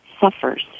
suffers